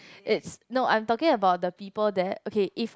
it's no I'm talking about the people there okay if